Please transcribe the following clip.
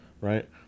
right